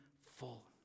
full